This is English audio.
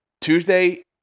Tuesday